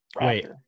Wait